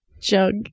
Jug